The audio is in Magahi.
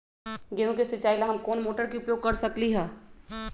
गेंहू के सिचाई ला हम कोंन मोटर के उपयोग कर सकली ह?